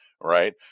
right